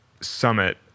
summit